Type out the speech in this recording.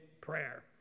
prayer